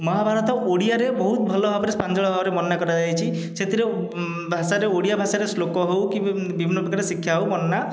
ମହାଭାରତ ଓଡ଼ିଆରେ ବହୁତ ଭଲ ଭାବରେ ପ୍ରାଞ୍ଜଳ ଭାବରେ ବର୍ଣ୍ଣନା କରାଯାଇଛି ସେଥିରେ ଭାଷାରେ ଓଡ଼ିଆ ଭାଷାରେ ଶ୍ଳୋକ ହେଉ କି ବିଭିନ୍ନ ପ୍ରକାର ଶିକ୍ଷା ହେଉ ବର୍ଣ୍ଣନା